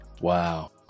Wow